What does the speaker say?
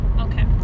Okay